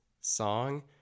song